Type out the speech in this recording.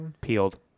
Peeled